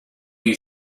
you